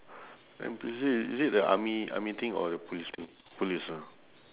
N_P_C_C is it the army army thing or the police thing police ah